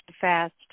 fast